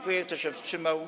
Kto się wstrzymał?